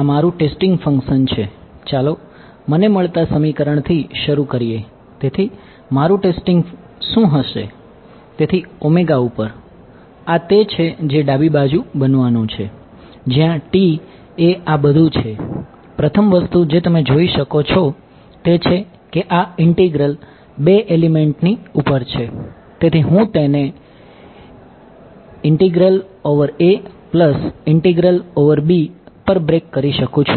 આ મારું testing b પર બ્રેક કરી શકું છું